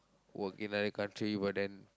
work in other country but then